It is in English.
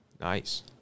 Nice